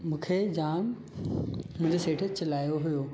मूंखे जाम मुंहिंजे सेठ चिल्लायो हुयो